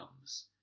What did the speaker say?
comes